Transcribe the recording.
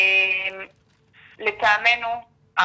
לטעמנו,